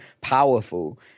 powerful